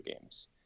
games